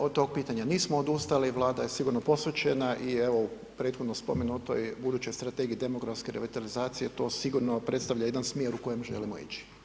Od tog pitanja nismo odustali, Vlada je sigurno posvećena i evo, u prethodno spomenutoj budućoj strategiji demografske revitalizacije to sigurno predstavlja jedan smjer u kojem želimo ići.